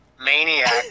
maniac